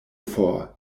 for